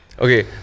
Okay